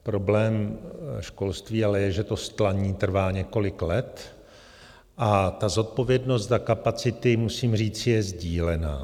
Problém školství ale je, že to stlaní trvá několik let a zodpovědnost za kapacity, musím říci, je sdílená.